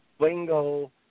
bingo